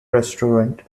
restaurant